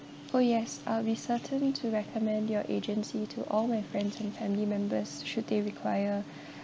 oh yes I'll be certain to recommend your agency to all my friends and family members should they require